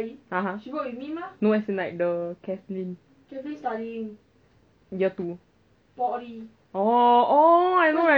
!wah! she not wor~ kathlyn working now meh no I mean you say she earning money now what she working now full time